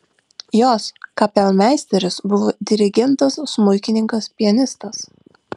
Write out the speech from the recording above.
jos kapelmeisteris buvo dirigentas smuikininkas pianistas